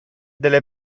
delle